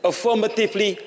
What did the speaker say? Affirmatively